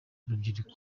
urubyiruko